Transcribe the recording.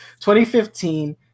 2015